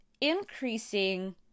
increasing